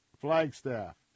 Flagstaff